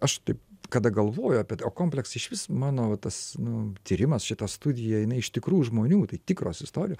aš taip kada galvoju apie o kompleksai išvis mano va tas nu tyrimas šita studija kjinai iš tikrų žmonių tai tikros istorijos